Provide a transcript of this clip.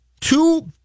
two